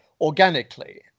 organically